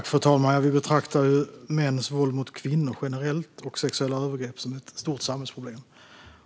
Fru talman! Vi betraktar mäns våld mot kvinnor generellt och sexuella övergrepp som ett stort samhällsproblem.